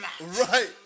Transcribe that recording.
Right